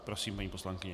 Prosím, paní poslankyně.